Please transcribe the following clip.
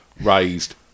raised